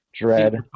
Dread